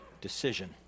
decision